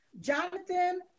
Jonathan